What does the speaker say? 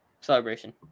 celebration